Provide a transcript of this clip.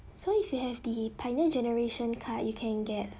so if you have the pioneer generation card you can get